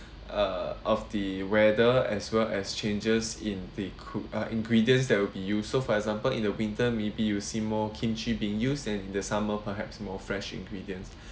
uh of the weather as well as changes in the cook uh ingredients that will be useful for example in the winter maybe you will see more kimchi being used and in the summer perhaps more fresh ingredient